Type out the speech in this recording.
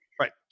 Right